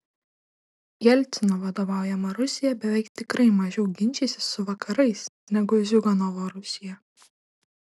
jelcino vadovaujama rusija beveik tikrai mažiau ginčysis su vakarais negu ziuganovo rusija